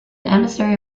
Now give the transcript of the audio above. emissary